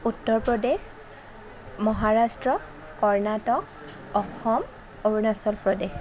Uttar Pradesh Maharashtra Karnataka Assam Arunachal Pradesh